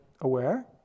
aware